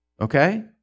Okay